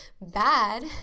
bad